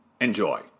Enjoy